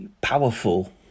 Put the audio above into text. powerful